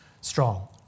strong